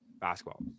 basketball